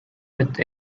with